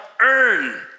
earn